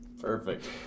Perfect